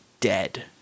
dead